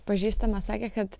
pažįstama sakė kad